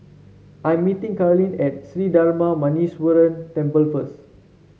I'm meeting Karlene at Sri Darma Muneeswaran Temple first